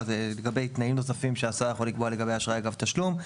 לגבי התנאים הנוספים שהשר יכול לקבוע לגבי אשראי אגב תשלום.